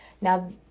Now